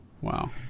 Wow